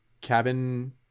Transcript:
cabin